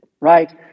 right